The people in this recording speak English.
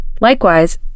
Likewise